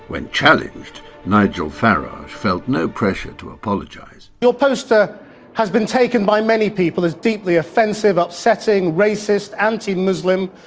when challenged nigel farage felt no pressure to apologise. your poster has been taken by many people as deeply offensive, upsetting, racist, anti-muslim.